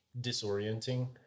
disorienting